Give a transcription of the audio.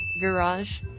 garage